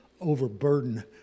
overburden